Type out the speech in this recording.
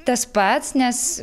tas pats nes